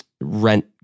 rent